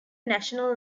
national